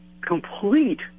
Complete